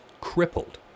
crippled